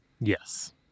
Yes